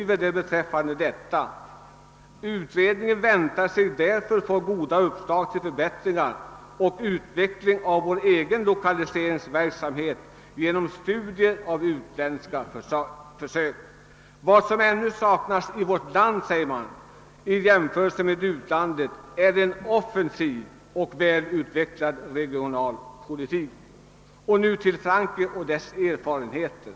Därom skriver man: »Utredningen väntar sig därför få goda uppslag till förbättringar och utveckling av vår egen lokaliseringsverksamhet genom studier av utländska försök. Vad som ännu saknas i vårt land i jämförelse med utlandet är en offensiv och "välutvecklad regionalpolitik.» Nu till Frankrike och dess erfarenheter!